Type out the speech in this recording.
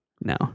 No